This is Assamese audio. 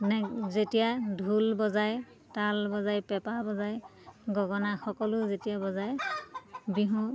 নে যেতিয়া ঢোল বজায় তাল বজায় পেঁপা বজায় গগনা সকলো যেতিয়া বজায় বিহু